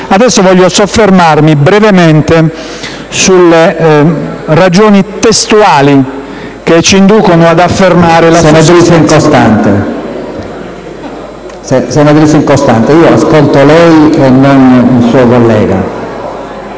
Adesso voglio soffermarmi brevemente sulle ragioni testuali che ci inducono ad affermare... *(Brusìo).*